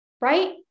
right